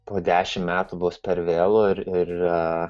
po dešimt metų bus per vėlu ir ir